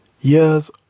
Years